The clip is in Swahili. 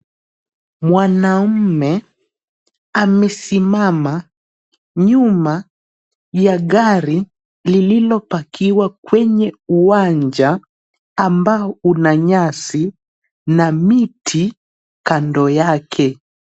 Mwanamume amesimama nyuma ya gari lililopakiwa kwenye uwanja ambao una nyasi na miti kando yake.